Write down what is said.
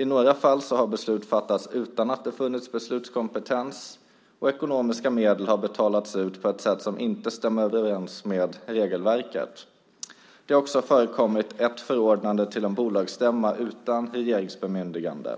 I några fall har beslut fattats utan att det har funnits beslutskompetens och ekonomiska medel har betalats ut på ett sätt som inte stämmer överens med regelverket. Det har också förekommit ett förordnande till en bolagsstämma utan regeringsbemyndigande.